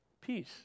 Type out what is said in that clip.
Peace